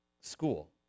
school